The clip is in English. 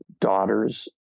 daughters